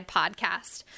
podcast